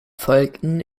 folgten